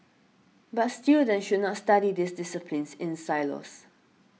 but students should not study these disciplines in silos